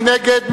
מי נגד?